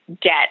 debt